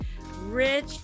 rich